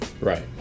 Right